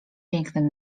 pięknym